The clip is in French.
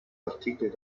articles